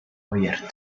abierto